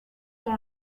dans